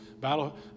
Battle